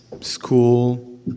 school